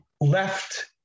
left